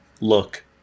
look